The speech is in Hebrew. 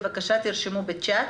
בבקשה תרשמו בצ'ט